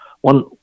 One